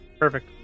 Perfect